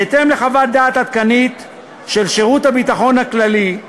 בהתאם לחוות דעת עדכנית של שירות הביטחון הכללי,